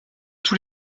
tous